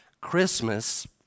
Christmas